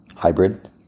hybrid